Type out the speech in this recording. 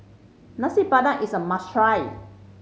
Nasi Padang is a must try